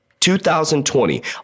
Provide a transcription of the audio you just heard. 2020